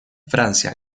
francia